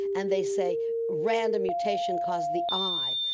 and they say random mutation caused the eye.